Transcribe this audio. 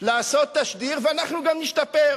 לעשות תשדיר, ואנחנו גם נשתפר.